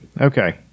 Okay